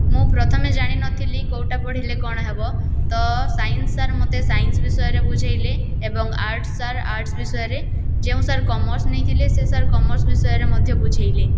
ମୁଁ ପ୍ରଥମେ ଜାଣିନଥିଲି କେଉଁଟା ପଢ଼ିଲେ କ'ଣ ହେବ ତ ସାଇନ୍ସ ସାର୍ ମୋତେ ସାଇନ୍ସ ବିଷୟରେ ବୁଝେଇଲେ ଏବଂ ଆର୍ଟ୍ସ୍ ସାର୍ ଆର୍ଟ୍ସ୍ ବିଷୟରେ ଯେଉଁ ସାର୍ କମର୍ସ ନେଇଥିଲେ ସେ ସାର୍ କମର୍ସ ବିଷୟରେ ମଧ୍ୟ ବୁଝେଇଲେ